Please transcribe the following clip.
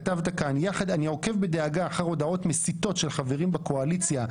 כתבת כאן: אני עוקב בדאגה אחר הודעות מסיתות של חברים בקואליציה,